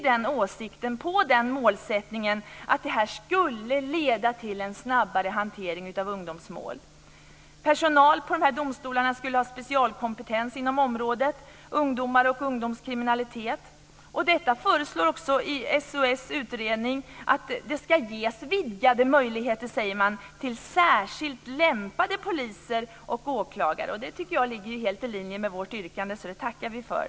Den åsikten bygger på målsättningen att det skulle leda till en snabbare hantering av ungdomsmål. Personalen i de här domstolarna skulle ha specialkompetens inom området ungdomar och ungdomskriminalitet. Det förelås i en utredning att det ska ges vidgade möjligheter till särskilt lämpade poliser och åklagare. Det tycker jag ligger helt i linje med vårt yrkande, så det tackar vi för.